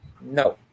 No